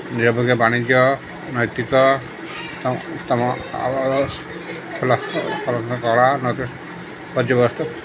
ନିରପେକ୍ଷ ବାଣିଜ୍ୟ ନୈତିକ କଳା ବର୍ଯ୍ୟବସ୍ତୁ